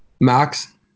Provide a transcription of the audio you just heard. Max